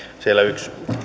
yksi